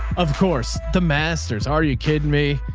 of course the masters. are you kidding me,